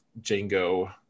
Django